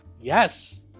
Yes